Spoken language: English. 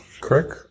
Correct